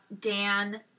Dan